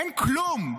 אין כלום.